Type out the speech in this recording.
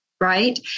Right